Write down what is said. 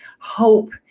hope